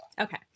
Okay